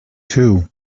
two